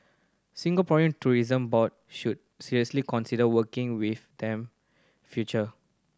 Singaporean Tourism Board should seriously consider working with them future